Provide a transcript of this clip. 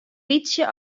bytsje